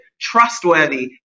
trustworthy